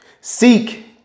Seek